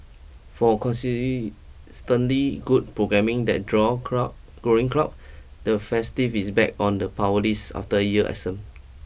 for good programming that draw crowd growing crowds the festive is back on the power list after a year absent